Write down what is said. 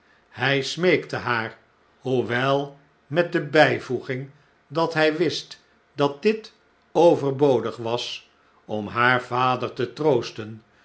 hij smeekte haar hoewel met de bijvoeging dat hij wist dat dit overbodig was om haar vader te troosten